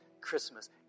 Christmas